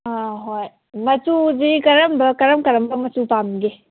ꯍꯣꯏ ꯃꯆꯨꯗꯤ ꯀꯔꯝꯕ ꯀꯔꯝ ꯀꯔꯝꯕ ꯃꯆꯨ ꯄꯥꯝꯕꯤꯒꯦ